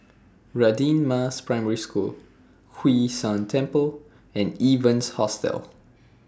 Radin Mas Primary School Hwee San Temple and Evans Hostel